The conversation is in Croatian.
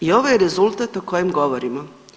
I ovo je rezultat o kojem govorimo.